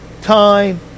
time